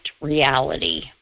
reality